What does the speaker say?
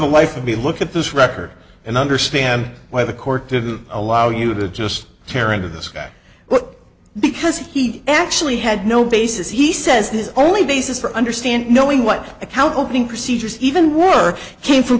the life of me look at this record and understand why the court didn't allow you to just tear into this guy because he actually had no basis he says his only basis for understand knowing what account opening procedures even were came f